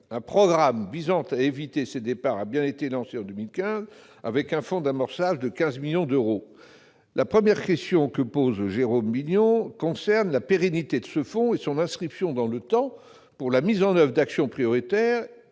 Un programme visant à éviter ces départs a bien été lancé en 2015, avec un fonds d'amorçage de 15 millions d'euros. La première question que pose Jérôme Bignon concerne la pérennité de ce fonds et son inscription dans le temps pour la mise en oeuvre d'actions prioritaires.